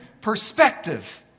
perspective